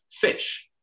fish